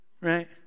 right